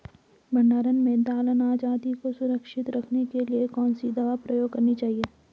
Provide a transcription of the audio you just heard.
भण्डारण में दाल अनाज आदि को सुरक्षित रखने के लिए कौन सी दवा प्रयोग करनी चाहिए?